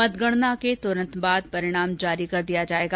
मंतगणना के तुरंत बाद परिणाम जारी कर दिया जायेगा